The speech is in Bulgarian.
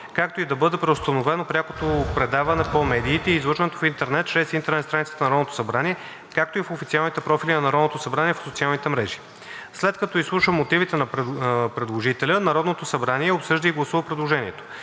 както и да бъде преустановено прякото предаване по медиите и излъчването в интернет чрез интернет страницата на Народното събрание, както и в официалните профили на Народното събрание в социалните мрежи. След като изслуша мотивите на предложителя, Народното събрание обсъжда и гласува предложението.